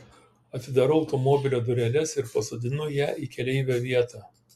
atidarau automobilio dureles ir pasodinu ją į keleivio vietą